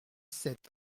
sept